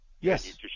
yes